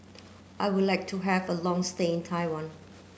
I would like to have a long stay in Taiwan